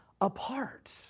apart